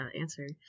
answer